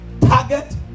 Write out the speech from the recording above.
target